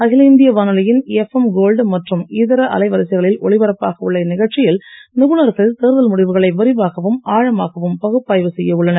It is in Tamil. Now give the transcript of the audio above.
அகில இந்திய வானொலியின் எப்எம் கோல்டு மற்றும் இதர அலைவரிசைகளில் ஒலிபரப்பாக உள்ள இந்நிகழ்ச்சியில் நிபுணர்கள் தேர்தல் முடிவுகளை விரிவாகவும் ஆழமாகவும் பகுப்பாய்வு செய்ய உள்ளனர்